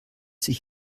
sich